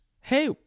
hey